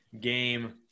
game